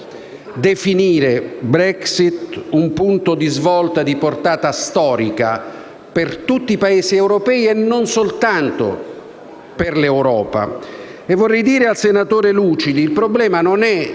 definire Brexit un punto di svolta di portata storica per tutti i Paesi europei e non soltanto per l'Europa. Vorrei dire al senatore Lucidi che il problema non è